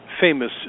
famous